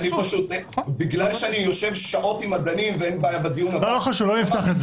בגלל שאני יושב שעות עם מדענים- -- לא חשוב.